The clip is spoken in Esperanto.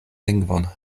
lingvon